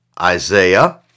Isaiah